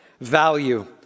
Value